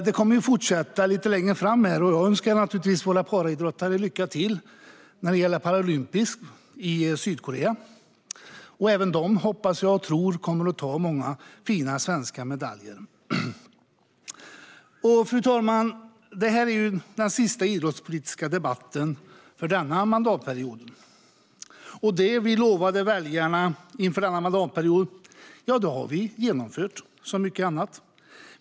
Det kommer att fortsätta lite längre framöver, och jag önskar våra paraidrottare lycka till i Paralympics i Sydkorea. Jag hoppas och tror att även de kommer att ta många fina svenska medaljer. Fru talman! Detta är den sista idrottspolitiska debatten denna mandatperiod. Det vi lovade väljarna inför mandatperioden har vi genomfört, som vi har gjort med så mycket annat.